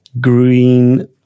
green